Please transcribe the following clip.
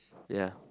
ya